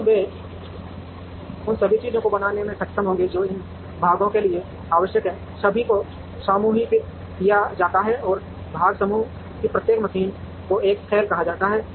लेकिन वे उन सभी चीजों को बनाने में सक्षम होंगे जो इन भागों के लिए आवश्यक हैं सभी को समूहीकृत किया जाता है और भाग समूह की प्रत्येक मशीन को एक सेल कहा जाता है